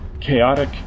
chaotic